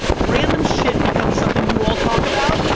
random shit becomes something you all talk about,